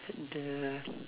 at the